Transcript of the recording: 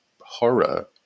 horror